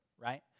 right